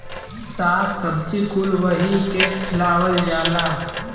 शाक सब्जी कुल वही के खियावल जाला